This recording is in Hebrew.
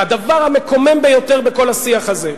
והדבר המקומם ביותר בכל השיח הזה,